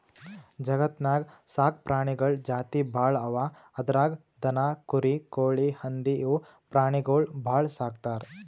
ಜಗತ್ತ್ನಾಗ್ ಸಾಕ್ ಪ್ರಾಣಿಗಳ್ ಜಾತಿ ಭಾಳ್ ಅವಾ ಅದ್ರಾಗ್ ದನ, ಕುರಿ, ಕೋಳಿ, ಹಂದಿ ಇವ್ ಪ್ರಾಣಿಗೊಳ್ ಭಾಳ್ ಸಾಕ್ತರ್